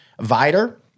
Vider